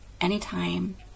Anytime